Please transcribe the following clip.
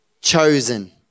chosen